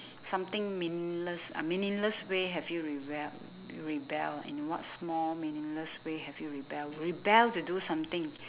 something meaningless a meaningless way have you rebel rebel in what small meaningless way have you rebel rebel to do something